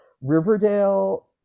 Riverdale